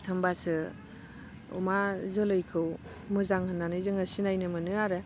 होमबासो अमा जोलैखौ मोजां होन्नानै जोङो सिनायनो मोनो आरो